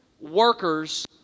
workers